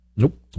Nope